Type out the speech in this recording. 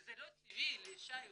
וזה לא טבעי לאישה יהודייה,